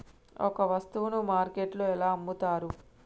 ఒక వస్తువును మార్కెట్లో ఎలా అమ్ముతరు?